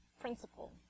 Principle